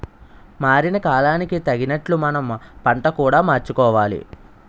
మారిన కాలానికి తగినట్లు మనం పంట కూడా మార్చుకోవాలి